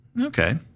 okay